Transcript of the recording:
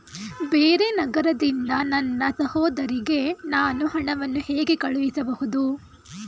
ಬೇರೆ ನಗರದಿಂದ ನನ್ನ ಸಹೋದರಿಗೆ ನಾನು ಹಣವನ್ನು ಹೇಗೆ ಕಳುಹಿಸಬಹುದು?